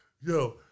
Yo